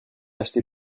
acheté